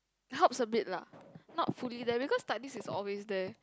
it helps a bit lah not fully there because this is always there